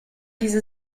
diese